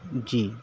جی